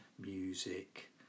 music